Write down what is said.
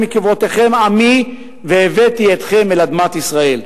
מקברותיכם עמי והבאתי אתכם אל אדמת ישראל.